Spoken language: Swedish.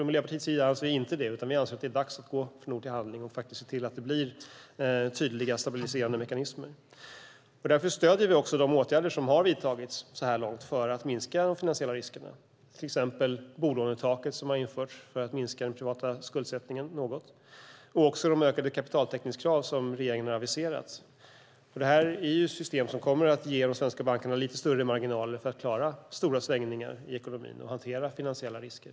Miljöpartiet anser inte det. Vi anser att det är dags att gå från ord till handling och se till att det blir tydliga stabiliserande mekanismer. Därför stöder vi de åtgärder som har vidtagits så här långt för att minska de finansiella riskerna. Vi har till exempel bolånetaket som har införts för att minska den privata skuldsättningen något och de ökade kapitaltäckningskrav som regeringen ha aviserat. Det är system som kommer att ge de svenska bankerna lite större marginaler för att klara stora svängningar i ekonomin och hantera finansiella risker.